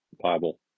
Bible